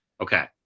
Okay